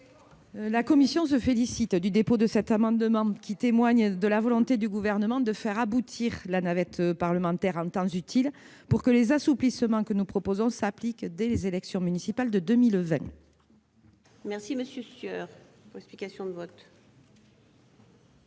La commission se félicite du dépôt de cet amendement, qui témoigne de la volonté du Gouvernement de faire aboutir la navette parlementaire en temps utile pour que les assouplissements que nous proposons puissent s'appliquer dès les élections municipales de 2020. La parole est à M. Jean-Pierre Sueur, pour explication de vote.